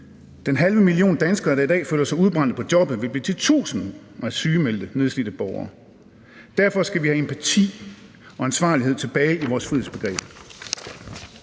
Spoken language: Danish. Den halve million danskere, der i dag føler sig udbrændte på jobbet, vil blive til tusinder af sygemeldte, nedslidte borgere. Derfor skal vi have empati og ansvarlighed tilbage i vores frihedsbegreb.